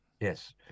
yes